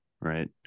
Right